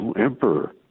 emperor